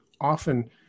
often